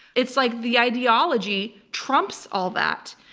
it's like the ideology trumps all that,